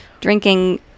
drinking